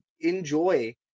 enjoy